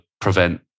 prevent